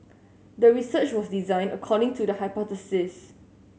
the research was designed according to the hypothesis